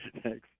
Thanks